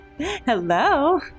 Hello